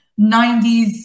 90s